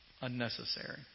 unnecessary